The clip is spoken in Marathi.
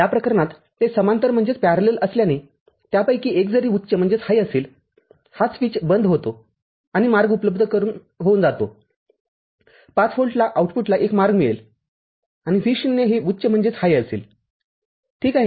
या प्रकरणात ते समांतर असल्याने त्यापैकी एक जरी उच्च असेल हा स्विच बंद होतो आणि मार्ग उपलब्ध होऊन जातो ५ व्होल्टला आउटपुटला एक मार्ग मिळेल आणि Vo हे उच्च असेल ठीक आहे